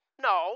No